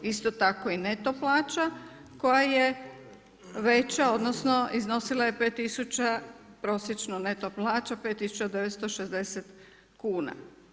Isto tako i neto plaća koja je veća, odnosno iznosila je 5000 prosječna neto plaća 5960 kuna.